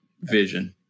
vision